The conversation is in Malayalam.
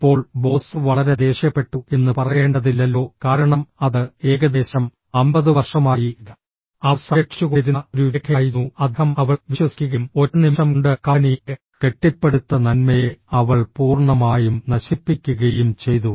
ഇപ്പോൾ ബോസ് വളരെ ദേഷ്യപ്പെട്ടു എന്ന് പറയേണ്ടതില്ലല്ലോ കാരണം അത് ഏകദേശം 50 വർഷമായി അവർ സംരക്ഷിച്ചുകൊണ്ടിരുന്ന ഒരു രേഖയായിരുന്നു അദ്ദേഹം അവളെ വിശ്വസിക്കുകയും ഒറ്റ നിമിഷം കൊണ്ട് കമ്പനി കെട്ടിപ്പടുത്ത നന്മയെ അവൾ പൂർണ്ണമായും നശിപ്പിക്കുകയും ചെയ്തു